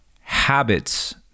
Habits